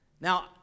Now